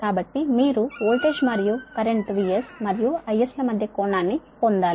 కాబట్టి మీరు వోల్టేజ్ మరియు కరెంటు VS మరియు IS ల మధ్య కోణాన్ని పొందాలి